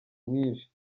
mwinshi